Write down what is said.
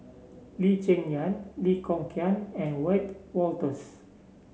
Lee Cheng Yan Lee Kong Chian and Wiebe Wolters